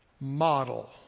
model